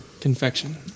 Confection